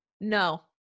No